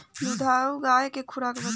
दुधारू गाय के खुराक बताई?